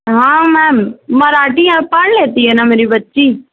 ہاں میم مراٹھی پڑھ لیتی ہے نا میری بچی